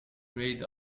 grayed